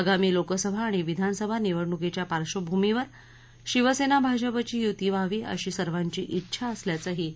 आगामी लोकसभा आणि विधानसभा निवडणुकीच्या पार्धभूमीवर शिवसेना भाजपची युती व्हावी अशी सर्वाची इच्छा असल्याचंही ते म्हणाले